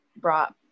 brought